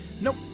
Nope